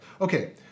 Okay